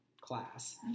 class